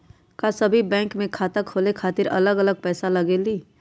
का सभी बैंक में खाता खोले खातीर अलग अलग पैसा लगेलि?